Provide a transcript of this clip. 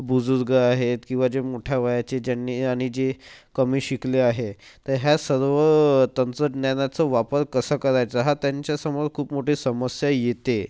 बुजुर्ग आहेत किंवा जे मोठ्या वयाचे ज्यांनी आणि जे कमी शिकले आहे तर ह्या सर्व तंत्रज्ञानाचा वापर कसा करायचा हा त्यांच्यासमोर खूप मोठी समस्या येते